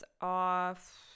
off